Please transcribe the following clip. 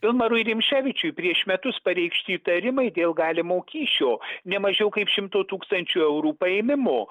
pilmarui rimšėvičiui prieš metus pareikšti įtarimai dėl galimo kyšio nemažiau kaip šimtų tūkstančių eurų paėmimo